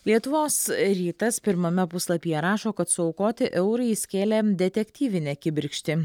lietuvos rytas pirmame puslapyje rašo kad suaukoti eurai įskėlė detektyvinę kibirkštį